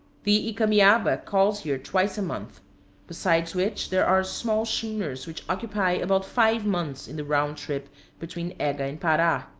the icamiaba calls here twice a month besides which there are small schooners which occupy about five months in the round trip between ega and para.